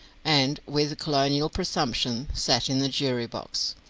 and, with colonial presumption, sat in the jury box.